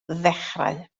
ddechrau